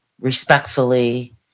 respectfully